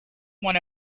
one